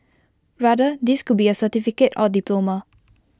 rather this could be A certificate or diploma